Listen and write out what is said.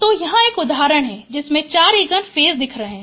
तो यहाँ एक उदाहरण है जिसमें चार इगन फेस दिख रहें है